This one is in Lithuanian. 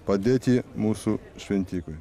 padėti mūsų šventikui